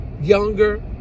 younger